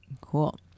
cool